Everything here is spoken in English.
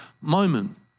moment